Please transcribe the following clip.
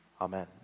Amen